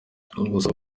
gusaba